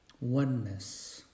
oneness